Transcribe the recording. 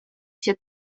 cię